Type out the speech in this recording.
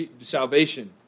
salvation